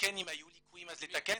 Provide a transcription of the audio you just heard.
ואם היו ליקויים אז לתקן.